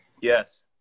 Yes